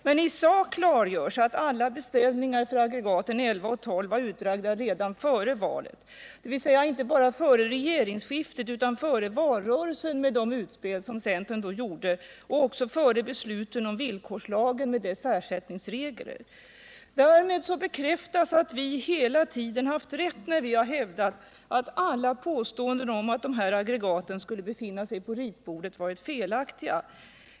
Men i sak klargörs att alla beställningar för aggregaten 11 och 12 var utlagda redan före valet, dvs. inte bara före regeringsskiftet utan före valrörelsen med de utspel som centern då gjorde och också före besluten om villkorslagen med dess ersättningsregler. Därmed bekräftas att vi hela tiden haft rätt när vi hävdat att alla påståenden om att dessa aggregat skulle befinna sig på ritbordet varit felaktiga.